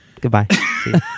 Goodbye